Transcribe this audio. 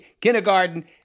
kindergarten